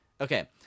Okay